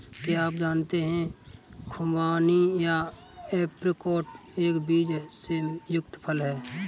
क्या आप जानते है खुबानी या ऐप्रिकॉट एक बीज से युक्त फल है?